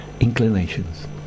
inclinations